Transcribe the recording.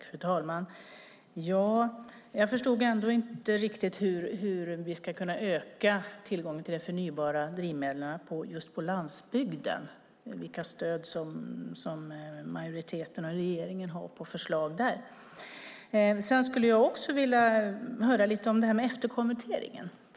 Fru talman! Jag förstod ändå inte riktigt hur vi ska kunna öka tillgången till förnybara drivmedel just på landsbygden och vilka stöd som majoriteten och regeringen har på förslag där. Jag skulle också vilja höra lite om det här med efterkonverteringen.